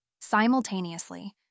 Simultaneously